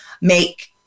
make